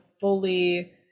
fully